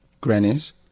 grannies